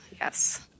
Yes